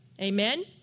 Amen